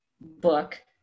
book